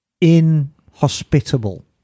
inhospitable